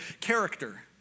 character